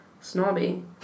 snobby